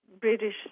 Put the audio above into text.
British